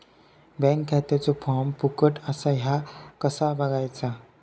Bank खात्याचो form फुकट असा ह्या कसा बगायचा?